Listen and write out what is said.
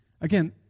Again